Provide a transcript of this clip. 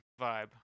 vibe